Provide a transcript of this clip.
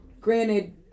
granted